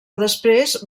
després